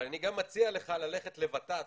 אבל אני גם מציע לך ללכת לוות"ת